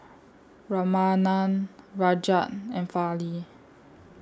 Ramanand Rajat and Fali